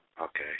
Okay